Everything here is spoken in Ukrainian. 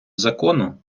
закону